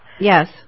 Yes